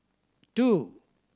two